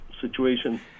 situation